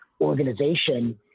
organization